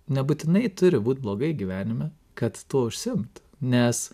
nebūtinai turi būt blogai gyvenime kad tuo užsiimt nes